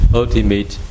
ultimate